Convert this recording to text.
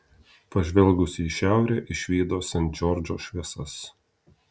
pažvelgusi į šiaurę išvydo sent džordžo šviesas